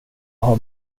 har